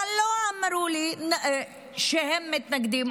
אבל הם לא אמרו לי שהם מתנגדים.